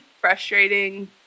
frustrating